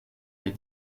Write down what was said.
les